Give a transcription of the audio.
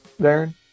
Darren